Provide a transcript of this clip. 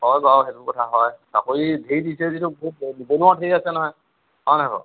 হয় বাৰু সেইটো কথা হয় চাকৰি দিছে ঠিক আছে নহয় হয় নহয় বাৰু